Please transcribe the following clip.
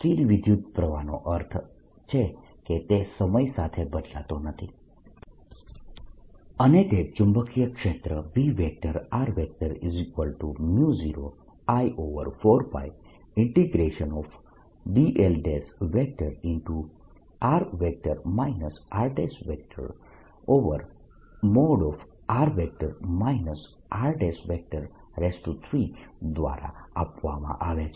સ્થિર વિદ્યુતપ્રવાહનો અર્થ છે કે તે સમય સાથે બદલાતો નથી અને તે ચુંબકીય ક્ષેત્ર B0I4πdl×r rr r3 દ્વારા આપવામાં આવે છે